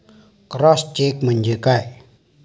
Cross check म्हणजे काय?